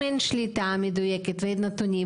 אם אין שליטה מדויקת ואין נתונים,